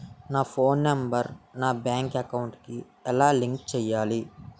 నా phone number నా bank account కి ఎలా లింక్ చేయాలి?